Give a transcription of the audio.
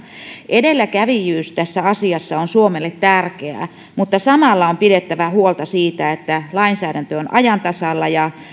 edelläkävijyys tässä asiassa on suomelle tärkeää mutta samalla on pidettävä huolta siitä että lainsäädäntö on ajan tasalla ja